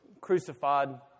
crucified